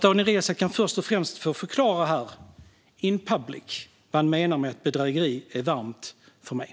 Daniel Riazat kan först och främst få förklara här, in public, vad han menar med att bedrägeri ligger mig varmt om hjärtat.